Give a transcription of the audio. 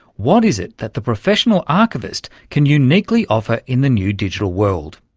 what is it that the professional archivist can uniquely offer in the new digital world?